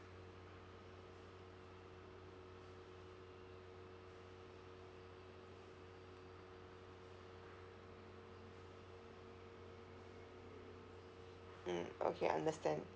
mm okay understand